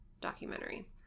documentary